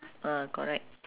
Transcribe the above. ah correct